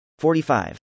45